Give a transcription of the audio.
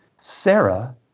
Sarah